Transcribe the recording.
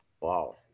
Wow